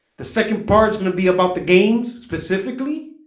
the second part is gonna be about the games specifically